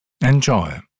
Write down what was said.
Enjoy